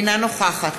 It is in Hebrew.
אינה נוכחת